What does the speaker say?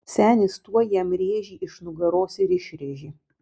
senis tuoj jam rėžį iš nugaros ir išrėžė